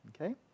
Okay